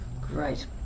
Great